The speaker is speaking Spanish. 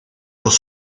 los